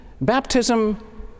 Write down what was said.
baptism